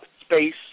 space